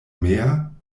mer